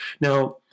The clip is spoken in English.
Now